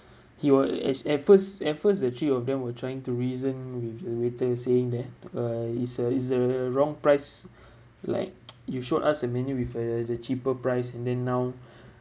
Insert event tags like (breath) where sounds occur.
he was at at first at first the three of them were trying to reason with the waiter saying that uh is a is a wrong price (breath) like you showed us a menu with uh the cheaper price and then now (breath)